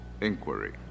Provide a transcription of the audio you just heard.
inquiry